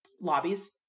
lobbies